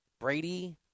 Brady